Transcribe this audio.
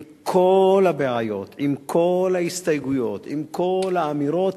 עם כל הבעיות, עם כל ההסתייגויות, עם כל האמירות,